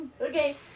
Okay